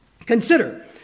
Consider